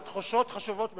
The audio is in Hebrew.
התחושות חשובות מאוד.